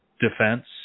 defense